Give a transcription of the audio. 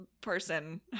person